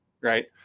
right